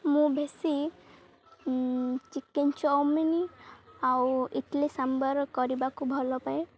ମୁଁ ବେଶୀ chicken chowmein ଆଉ ଇଟିଲି ସାମ୍ବାର୍ କରିବାକୁ ଭଲ ପାଏ